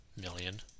million